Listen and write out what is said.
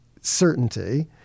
certainty